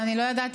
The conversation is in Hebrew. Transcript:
ואני לא ידעתי,